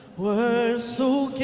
were so